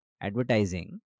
advertising